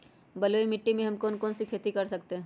बलुई मिट्टी में हम कौन कौन सी खेती कर सकते हैँ?